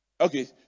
Okay